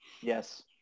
Yes